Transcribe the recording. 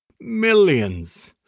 Millions